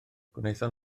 gwnaethon